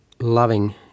loving